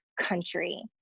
country